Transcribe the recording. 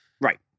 Right